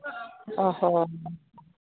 ᱚ ᱦᱚᱸ